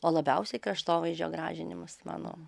o labiausiai kraštovaizdžio gražinimas mano